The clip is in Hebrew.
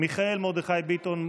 מיכאל מרדכי ביטון,